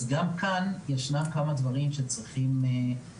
גם כאן ישנם כמה דברים בהם צריך לטפל.